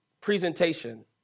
presentation